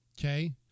Okay